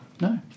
No